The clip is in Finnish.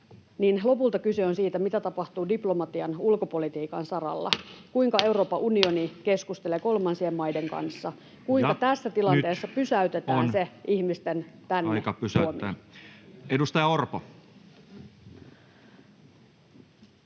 lopulta kyse on siitä, mitä tapahtuu diplomatian, ulkopolitiikan saralla, kuinka Euroopan unioni keskustelee kolmansien maiden kanssa, kuinka tässä tilanteessa pysäytetään se ihmisten tänne tuominen. [Speech 10]